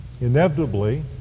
Inevitably